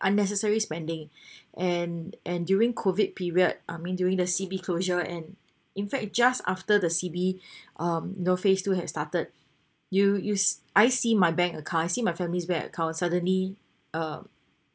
unnecessary spending and and during COVID period I mean during the C_B closure and in fact it just after the C_B um you know phase two has started you you s~ I see my bank account I see my family's bank account suddenly uh